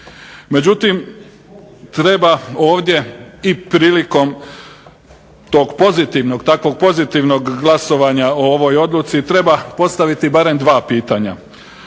Međutim, treba ovdje i prilikom tog pozitivnog, takvog pozitivnog glasovanja o ovoj odluci, treba postaviti barem 2 pitanja.